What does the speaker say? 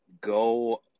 go